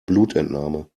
blutentnahme